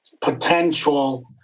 potential